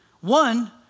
One